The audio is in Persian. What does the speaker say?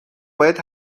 باید